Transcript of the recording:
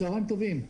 צוהריים טובים.